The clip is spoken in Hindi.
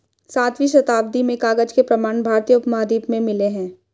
सातवीं शताब्दी में कागज के प्रमाण भारतीय उपमहाद्वीप में मिले हैं